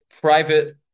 private